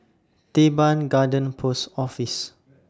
Teban Garden Post Office